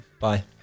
Bye